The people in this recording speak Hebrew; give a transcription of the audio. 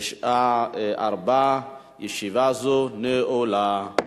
בשעה 16:00. ישיבה זו נעולה.